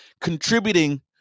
contributing